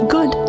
Good